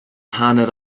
hanner